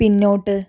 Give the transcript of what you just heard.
പിന്നോട്ട്